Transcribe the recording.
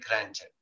granted